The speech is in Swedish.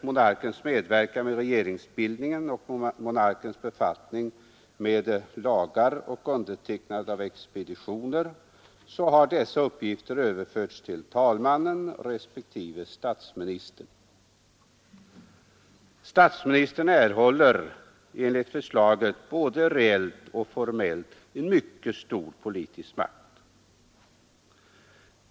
Monarkens uppgifter vid regeringsbildning och vad gäller promulgation av lagar och undertecknande av expeditioner har överförts till talmannen, respektive till statsministern. Enligt förslaget erhåller statsministern både reellt och formellt en mycket stor politisk makt.